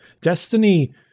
Destiny